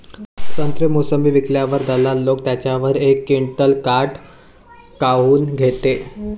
संत्रे, मोसंबी विकल्यावर दलाल लोकं त्याच्यावर एक क्विंटल काट काऊन घेते?